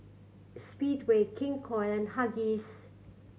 Speedway King Koil and Huggies